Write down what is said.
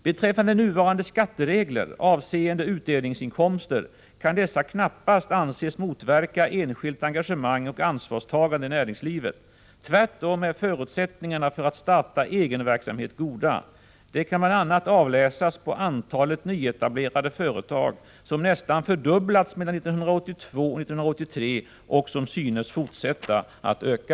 Beträffande nuvarande skatteregler avseende utdelningsinkomster kan dessa knappast anses motverka enskilt engagemang och ansvarstagande i näringslivet. Tvärtom är förutsättningarna för att starta egen verksamhet goda. Det kan bl.a. avläsas på antalet nyetablerade företag, som nästan fördubblats mellan åren 1982 och 1983 och som synes fortsätta att öka.